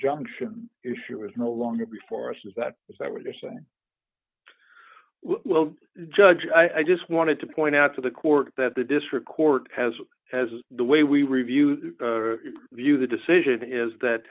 injunction issue is no longer before us is that is that what they're saying well judge i just wanted to point out to the court that the district court has as is the way we reviewed view the decision is